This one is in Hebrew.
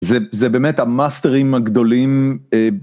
זה באמת המאסטרים הגדולים.